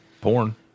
Porn